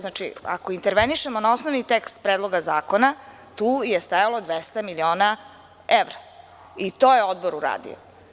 Znači, ako intervenišemo na osnovni tekst Predloga zakona, tu je stajalo 200 miliona evra i to je Odbor uradio.